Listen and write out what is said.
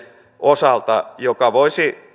osalta mikä voisi